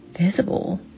visible